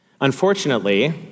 Unfortunately